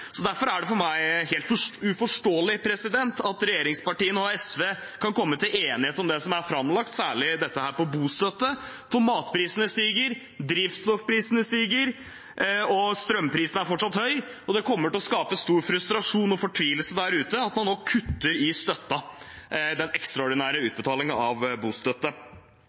Derfor er det for meg helt uforståelig at regjeringspartiene og SV kan komme til enighet om det som er planlagt, særlig dette med bostøtte, for matprisene stiger, drivstoffprisene stiger, strømprisene er fortsatt høye, og det kommer til å skape stor frustrasjon og fortvilelse der ute at man nå kutter i den ekstraordinære utbetalingen av bostøtte.